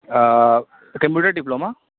a computer diploma